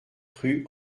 rue